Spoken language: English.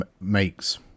makes